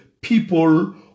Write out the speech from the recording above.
people